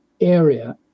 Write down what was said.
area